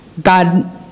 God